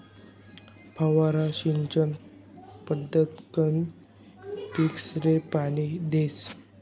फवारा सिंचन पद्धतकंन पीकसले पाणी देतस